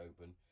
open